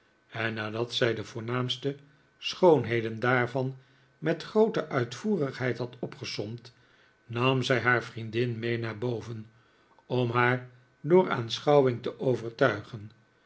en nadat zij de voornaamste schoonheden daarvan met groote uitvoerigheid had opgesomd nam zij haar vriendin mee naar boven om haar door aanschouwing te overtuigen